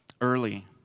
Early